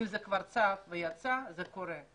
אם זה כבר צף ויצא זה קורה.